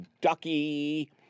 ducky